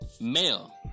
male